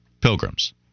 pilgrims